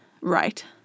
Right